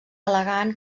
al·legant